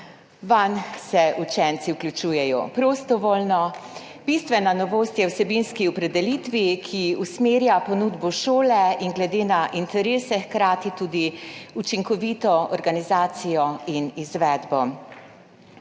Vanj se učenci vključujejo prostovoljno. Bistvena novost je v vsebinski opredelitvi, ki usmerja ponudbo šole in glede na interese hkrati tudi učinkovito organizacijo in izvedbo.